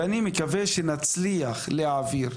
ואני מקווה שנצליח להעביר,